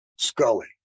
Scully